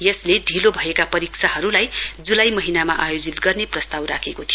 यसले ढीलो भएका परीक्षाहरुलाई जुलाई महीनामा आयोजित गर्ने प्रस्ताव राखेको थियो